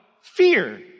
Fear